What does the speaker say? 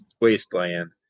wasteland